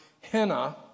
henna